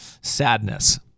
sadness